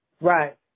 Right